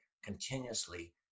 continuously